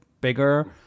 bigger